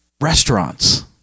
Restaurants